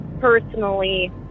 personally